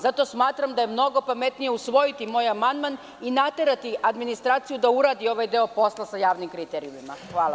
Zato smatram da je mnogo pametnije usvojiti moj amandman i naterati administraciju da uradi ovaj deo posla sa javnim kriterijumima.